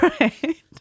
right